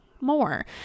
more